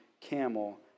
camel